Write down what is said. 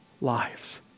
lives